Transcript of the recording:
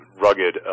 rugged